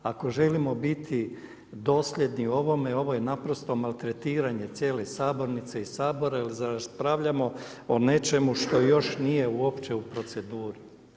Ako želimo biti dosljedni ovome ovo je naprosto maltretiranje cijele sabornice i Sabora jer raspravljamo o nečemu što još nije uopće u proceduri.